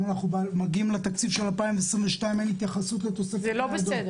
היום אנחנו מגיעים לתקציב של 2022 ואין התייחסות לתוספת ניידות.